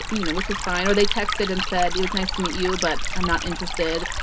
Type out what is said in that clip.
you know, which is fine. or they texted and said it was nice to meet you, but i'm not interested